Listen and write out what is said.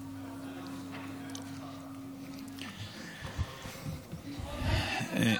עוד מעז להתנצח איתך,